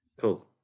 Cool